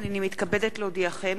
הנני מתכבדת להודיעכם,